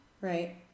Right